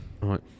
Right